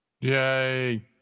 Yay